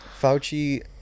Fauci